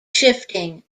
shifting